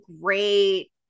Great